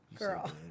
Girl